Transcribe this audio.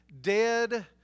dead